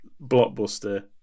blockbuster